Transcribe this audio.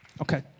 Okay